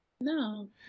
No